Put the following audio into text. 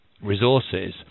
resources